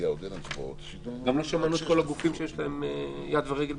גם לא שמענו את כל הגופים שיש להם יד ורגל בסיפור.